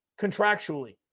contractually